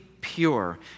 pure